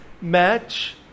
match